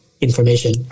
information